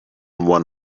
one